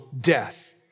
death